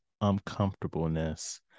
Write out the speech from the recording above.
uncomfortableness